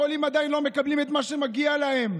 החולים עדיין לא מקבלים את מה שמגיע להם.